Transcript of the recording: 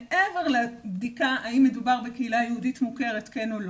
מעבר לבדיקה האם מדובר בקהילה יהודית מוכרת כן או לא,